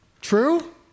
True